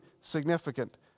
significant